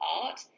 art